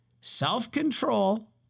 self-control